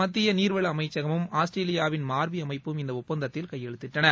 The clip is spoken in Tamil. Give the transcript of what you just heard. மத்திய நீர் வள அமைச்சகமும் ஆஸ்திரேலியாவில் மார்வி அமைப்பும் இந்த ஒப்பந்தத்தில் கையெழுத்திட்டன